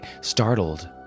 startled